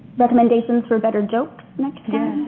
recommendations for better jokes next